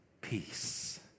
peace